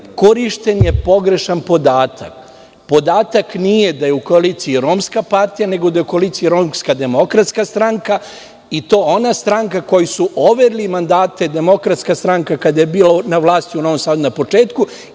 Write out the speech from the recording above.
korišćen je pogrešan podatak. Podatak nije da je u koaliciji Romska partija, nego da je u koaliciji Romska demokratska stranka, i to ona stranka kojoj su overili mandate DS kada je bila na vlasti u Novom Sadu na početku